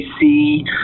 see